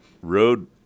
road